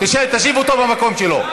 תשב במקום שלך.